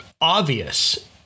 obvious